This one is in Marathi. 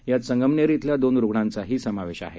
यात संगमनेर श्विल्या दोन रुग्णांचाही समावेश आहे